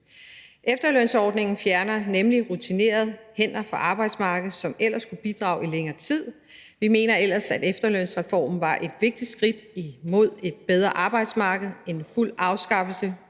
Efterlønsordningen fjerner nemlig rutinerede hænder fra arbejdsmarkedet, som ellers kunne bidrage i længere tid. Vi mener ellers, at efterlønsreformen var et vigtigt skridt hen imod et bedre arbejdsmarked. En fuld afskaffelse